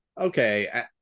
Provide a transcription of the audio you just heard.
okay